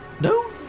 No